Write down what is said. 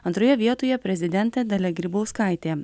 antroje vietoje prezidentė dalia grybauskaitė